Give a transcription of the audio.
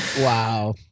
Wow